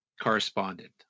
correspondent